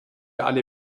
alle